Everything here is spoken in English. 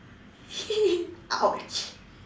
!ouch!